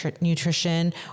nutrition